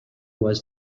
was